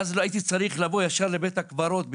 והייתי צריך לבוא ישר לבית הקברות.